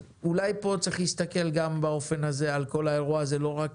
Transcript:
אולי כאן צריך להסתכל גם באופן הזה על כל האירוע הזה ולא רק